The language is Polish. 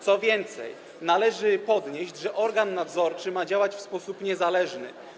Co więcej, należy podnieść, że organ nadzorczy ma działać w sposób niezależny.